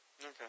Okay